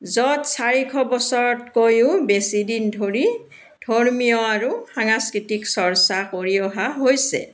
য'ত চাৰিশ বছৰতকৈয়ো বেছিদিন ধৰি ধৰ্মীয় আৰু সাংস্কৃতিক চৰ্চা কৰি অহা হৈছে